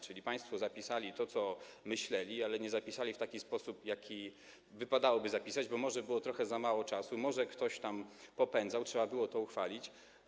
Czyli państwo zapisali to, co myśleli, ale nie zapisali tego w taki sposób, w jaki wypadałoby zapisać, bo może było trochę za mało czasu, może ktoś tam popędzał, trzeba było to uchwalić.